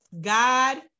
God